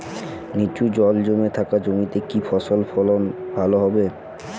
নিচু জল জমে থাকা জমিতে কি ফসল ফলন ভালো হবে?